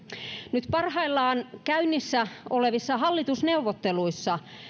nyt parhaillaan käynnissä olevissa hallitusneuvotteluissa